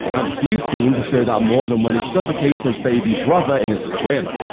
and few scenes show that more than when he suffocates his baby brother in his crib.